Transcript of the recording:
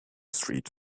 street